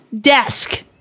desk